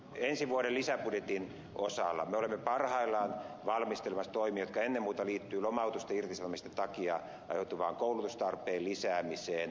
ensi vuoden lisäbudjetin osalta me olemme parhaillaan valmistelemassa toimia jotka ennen muuta liittyvät lomautusten ja irtisanomisten takia aiheutuvaan koulutustarpeen lisäämiseen